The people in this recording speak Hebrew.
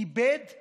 איבדו